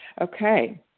Okay